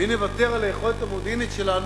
ואם נוותר על היכולת המודיעינית שלנו,